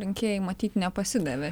rinkėjai matyt nepasidavė